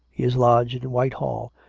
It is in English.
he is lodged in whitehall,